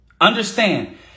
Understand